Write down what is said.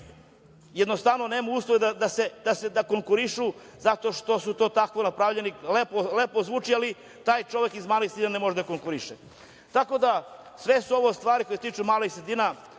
jednostavno nemaju uslove da konkurišu, zato što su tako napravljeni, lepo zvuči, ali taj čovek iz male sredine ne može da konkuriše. Sve su ovo stvari koje se tiču malih sredina